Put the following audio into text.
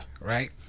Right